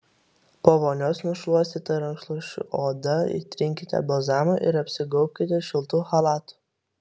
po vonios nušluostytą rankšluosčiu odą įtrinkite balzamu ir apsigaubkite šiltu chalatu